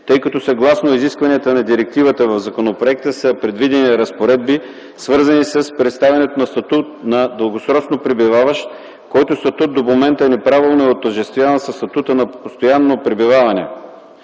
тъй като съгласно изискванията на директивата в законопроекта са предвидени разпоредби, свързани с предоставянето на статут за дългосрочно пребиваващ, който статут до момента неправилно е отъждествяван със статута за постоянно пребиваване,